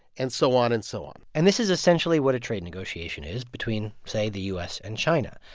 and so on and so on and this is essentially what a trade negotiation is between, say, the u s. and china.